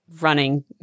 running